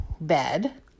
bed